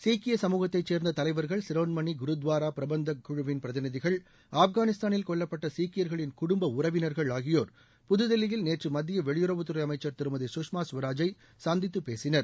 சீக்கிய சமூகத்தைச் சேர்ந்த தலைவர்கள் சிரோண்மணி குருத்வாரா பிரபந்தக் குழுவின் பிரதிநிதிகள் ஆப்கானிஸ்தானில் கொல்லப்பட்ட சீக்கியர்களின் குடும்ப உறவினர்கள் ஆகியோர் புதுதில்லயில் நேற்று மத்திய வெளியுறவுத்துறை அமைச்சர் திருமதி சுஷ்மா சுவராஜை சந்தித்து பேசினர்